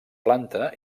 planta